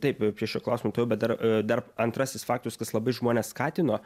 taip prie šio klausimo tuojau bet dar dar antrasis faktorius kas labai žmones skatino